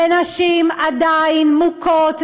ונשים עדיין מוכות,